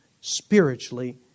spiritually